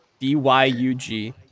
D-Y-U-G